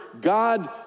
God